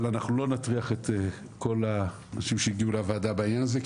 אבל אנחנו לא נטריח את כל האנשים שהגיעו לוועדה בעניין הזה,